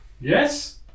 Yes